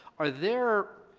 are there.